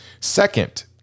Second